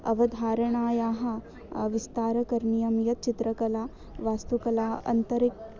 अवधारणायाः विस्तारः करणीयः यच्चित्रकला वास्तुकला आन्तरिकं